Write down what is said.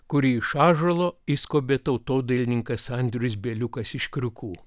kurį iš ąžuolo išskobė tautodailininkas andrius bieliukas iš kriukų